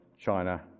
China